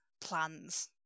plans